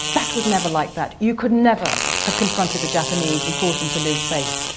that was never like that. you could never have confronted the japanese and caused them to lose face.